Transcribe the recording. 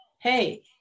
hey